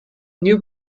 new